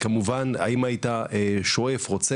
והשאלה היא כמובן האם היית שואף ורוצה